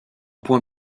point